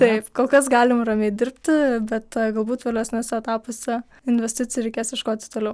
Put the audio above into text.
taip kol kas galim ramiai dirbti bet galbūt vėlesniuose etapuose investicijų reikės ieškoti toliau